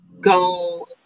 go